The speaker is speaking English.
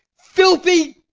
filthy,